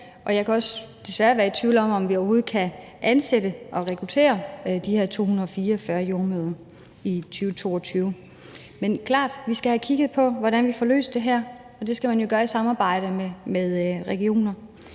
desværre også være i tvivl om, om vi overhovedet kan ansætte og rekruttere de her 244 jordemødre i 2022. Men det er klart, at vi skal have kigget på, hvordan vi får løst det her, og det skal vi jo gøre i samarbejde med regionerne.